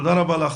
תודה רבה.